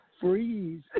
freeze